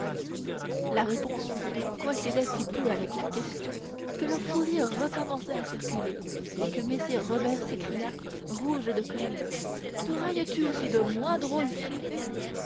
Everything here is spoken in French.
la réponse coïncidait si peu avec la question que le fou rire recommença à circuler et que messire robert s'écria rouge de colère te railles tu aussi de moi drôle fieffé